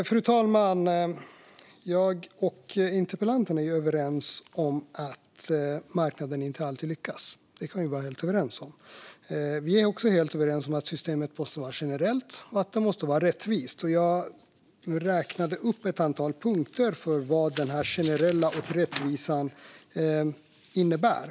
Fru talman! Jag och interpellanten är överens om att marknaden inte alltid lyckas. Det kan vi vara helt överens om. Vi är också helt överens om att systemet måste vara generellt och rättvist. Jag räknade upp ett antal punkter för vad det generella och rättvisa innebär.